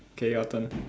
okay your turn